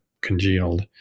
congealed